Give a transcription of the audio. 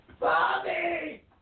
Bobby